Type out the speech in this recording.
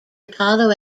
apollo